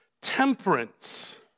temperance